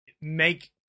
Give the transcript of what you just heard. make